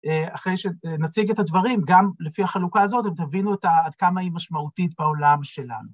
אחרי שנציג את הדברים, גם לפי החלוקה הזאת, אתם תבינו את ה... עד כמה היא משמעותית בעולם שלנו.